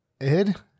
Ed